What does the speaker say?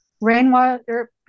Rainwater